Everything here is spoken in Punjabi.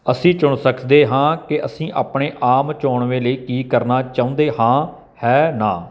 ਅਸੀਂ ਚੁਣ ਸਕਦੇ ਹਾਂ ਕਿ ਅਸੀਂ ਆਪਣੇ ਆਮ ਚੋਣਵੇਂ ਲਈ ਕੀ ਕਰਨਾ ਚਾਹੁੰਦੇ ਹਾਂ ਹੈ ਨਾ